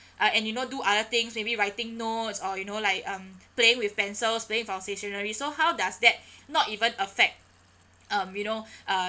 uh and you know do other things maybe writing notes or you know like um playing with pencils playing with our stationery so how does that not even affect um you know uh